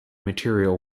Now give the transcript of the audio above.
material